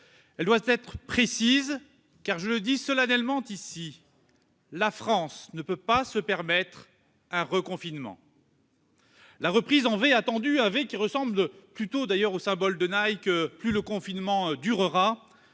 Elle doit être précise, car, je le dis solennellement ici, la France ne peut pas se permettre un reconfinement. La reprise en V attendue, un V qui ressemble plutôt au symbole de Nike au fil du confinement, ne